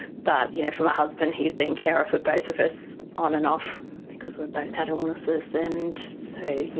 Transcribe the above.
but you know for my husband he's been carer for both of us on and off because we've both had illnesses. and so yeah